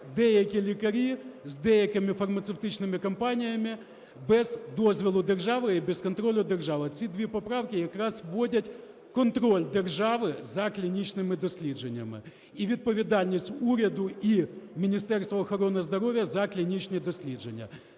деякі лікарі з деякими фармацевтичними компаніями без дозволу держави і без контролю держави. Ці дві поправки якраз вводять контроль держави за клінічними дослідженнями і відповідальність уряду і Міністерства охорони здоров'я за клінічні дослідження,